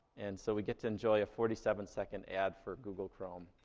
and so we get to enjoy a forty seven second ad for google chrome.